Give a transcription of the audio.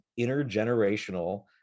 intergenerational